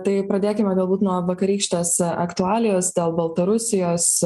tai pradėkime galbūt nuo vakarykštės aktualijos dėl baltarusijos